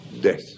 death